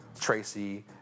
Tracy